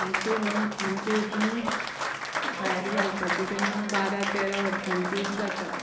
आमचे न्हू आमचे हितून भायर जावपाचे केन्ना बारा तेरा वर्सांचेर जाता